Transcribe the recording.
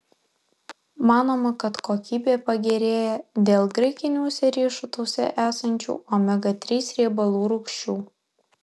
manoma kad kokybė pagerėja dėl graikiniuose riešutuose esančių omega trys riebalų rūgščių